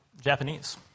Japanese